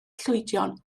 llwydion